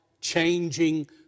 changing